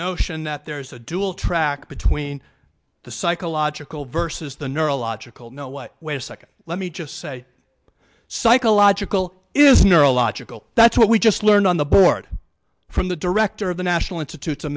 notion that there is a dual track between the psychological versus the neurological no what wait a second let me just say psychological is neurological that's what we just learned on the board from the director of the national institutes